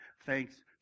thanks